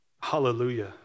Hallelujah